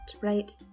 right